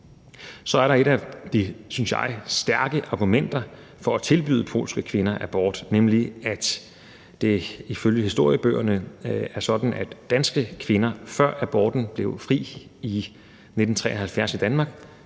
Så er der et af de, synes jeg, stærke argumenter for at tilbyde polske kvinder abort, nemlig at det ifølge historiebøgerne er sådan, at danske kvinder, før aborten blev fri i 1973 i Danmark,